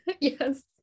yes